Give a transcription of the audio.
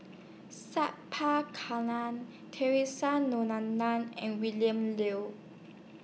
Sat Pal Kalam Theresa and William Liu